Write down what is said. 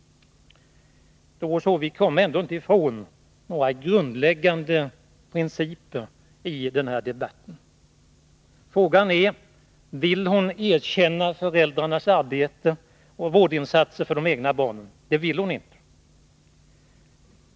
Doris Håvik kommer inte ifrån några av de grundläggande principerna i den här debatten. Frågan är: Vill hon erkänna föräldrarnas arbete och vårdinsatser för de egna barnen? Det vill hon inte.